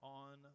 on